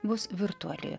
bus virtuali